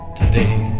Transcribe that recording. today